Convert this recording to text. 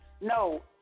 No